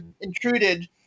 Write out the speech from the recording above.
intruded